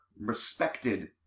respected